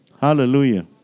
Hallelujah